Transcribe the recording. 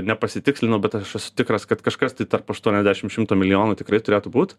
nepasitikslinau bet aš esu tikras kad kažkas tai tarp aštuoniasdešim šimto milijonų tikrai turėtų būt